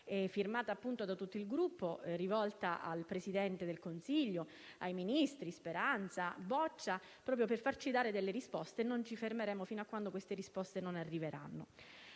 firmata da tutti i senatori del Gruppo, rivolta al Presidente del Consiglio e ai ministri Speranza e Boccia per farci dare delle risposte e non ci fermeremo fino a quando queste risposte non arriveranno.